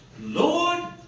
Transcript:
Lord